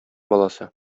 баласы